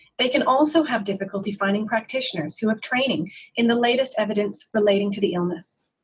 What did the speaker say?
they can also have difficulty finding practitioners who have training in the latest evidence relating to the illness.